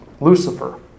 Lucifer